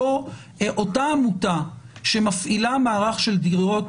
אותה עמותה שמפעילה מערך של דירות